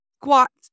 squats